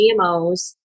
GMOs